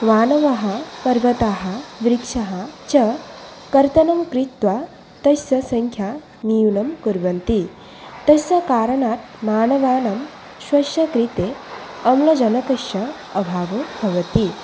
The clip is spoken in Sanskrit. मानवाः पर्वताः वृक्षाः च कर्तनङ्कृत्वा तस्य संख्यां न्यूनं कुर्वन्ति तस्य कारणात् मानवानां स्वस्य कृते आम्लजनकस्य अभावो भवति